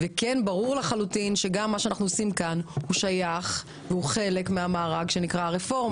ברור לחלוטין שגם מה שאנחנו עושים כאן שייך והוא חלק מהמארג של הרפורמה.